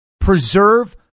preserve